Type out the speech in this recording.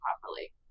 properly